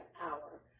hour